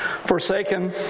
Forsaken